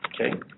Okay